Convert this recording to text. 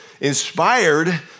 inspired